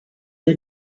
you